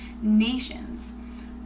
nations